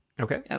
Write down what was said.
okay